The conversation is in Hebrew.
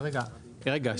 רגע,